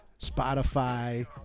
Spotify